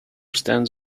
stands